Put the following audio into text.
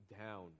down